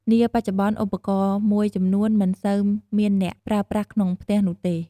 នាបច្ចុប្បន្នឧបករណ៍មួយចំនួនមិនសូវមានអ្នកប្រើប្រាស់ក្នុងផ្ទះនោះទេ។